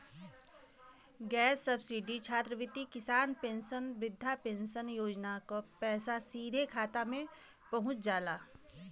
gas subsidy छात्रवृत्ति किसान pension वृद्धा पेंशन योजना क पैसा सीधे खाता में पहुंच जाला